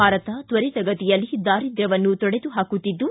ಭಾರತ ತ್ವರಿತಗತಿಯಲ್ಲಿ ದಾರಿದ್ಯವನ್ನು ತೊಡೆದು ಹಾಕುತ್ತಿದ್ದು